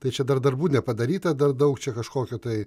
tai čia dar darbų nepadaryta dar daug čia kažkokio tai